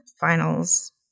finals